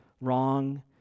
wrong